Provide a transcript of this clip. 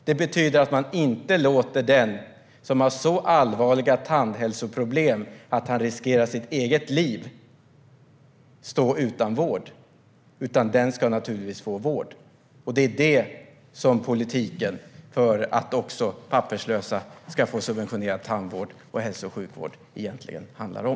Det betyder att man inte låter den som har så allvarliga tandhälsoproblem att han riskerar livet stå utan vård, utan den personen ska naturligtvis få vård. Det är det som politiken för att också papperslösa ska få subventionerad tandvård och hälso och sjukvård egentligen handlar om.